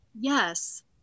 Yes